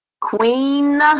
Queen